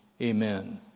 amen